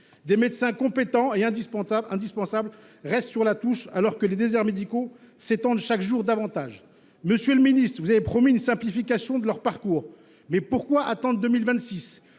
Des médecins compétents et indispensables restent sur la touche alors que les déserts médicaux s'étendent chaque jour davantage. Monsieur le ministre, vous avez promis une simplification de leur parcours. Mais pourquoi attendre 2026 ?